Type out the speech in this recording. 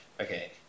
Okay